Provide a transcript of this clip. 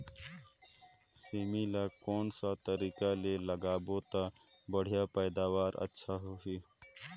सेमी ला कोन सा तरीका ले लगाबो ता बढ़िया पैदावार अच्छा होही?